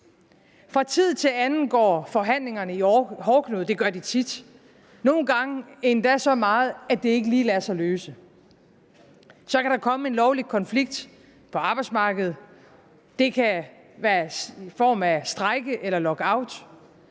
Fra tid til anden går forhandlingerne i hårdknude – det gør de tit. Nogle gange endda så meget, at det ikke lige lader sig løse. Så kan der komme en lovlig konflikt på arbejdsmarkedet, og det kan være i form af strejke eller lockout.